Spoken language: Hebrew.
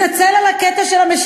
אז הוא התנצל על הקטע של המשיחי,